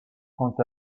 quant